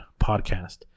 podcast